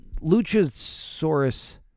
Luchasaurus